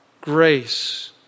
grace